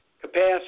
capacity